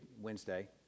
Wednesday